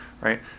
right